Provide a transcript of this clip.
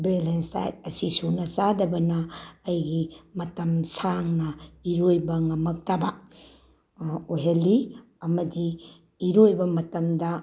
balance diet ꯑꯁꯤ ꯁꯨꯅ ꯆꯥꯗꯕꯅ ꯑꯩꯒꯤ ꯃꯇꯝ ꯁꯥꯡꯅ ꯏꯔꯣꯏꯕ ꯉꯝꯃꯛꯇꯕ ꯑꯣꯏꯍꯜꯂꯤ ꯑꯃꯗꯤ ꯏꯔꯣꯏꯕ ꯃꯇꯝꯗ